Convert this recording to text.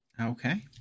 Okay